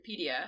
Wikipedia